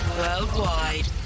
worldwide